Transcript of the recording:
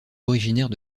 originaire